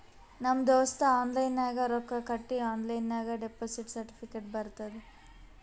ನಮ್ ದೋಸ್ತ ಆನ್ಲೈನ್ ನಾಗ್ ರೊಕ್ಕಾ ಕಟ್ಟಿ ಆನ್ಲೈನ್ ನಾಗೆ ಡೆಪೋಸಿಟ್ ಸರ್ಟಿಫಿಕೇಟ್ ಬರ್ತುದ್